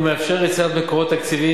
הוא מאפשר יצירת מקורות תקציביים